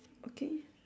okay